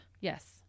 Yes